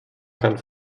kann